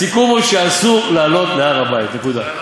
הסיכום הוא שאסור לעלות להר-הבית, נקודה.